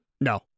No